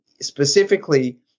specifically